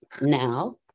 Now